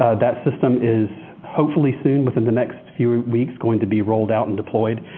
that system is hopefully soon, within the next few weeks, going to be rolled out and deployed.